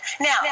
Now